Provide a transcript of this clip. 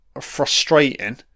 frustrating